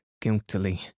guiltily